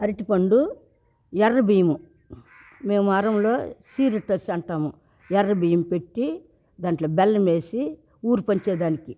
అరటిపండు ఎర్ర బియ్యము మేం ఆ రూమ్లో సీరిట్టెస్ అంటాము ఎర్ర బియ్యము పెట్టి దాంట్లో బెల్లం వెసి ఊరు పంచేదానికి